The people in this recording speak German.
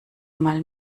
mal